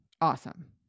Awesome